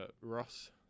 Ross